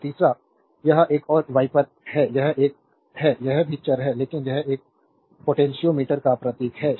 और तीसरा यह एक और वाइपर है यह एक है यह भी चर है लेकिन यह इस पोटेंशियोमीटर का प्रतीक है